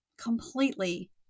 completely